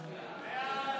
בעד.